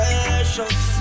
Precious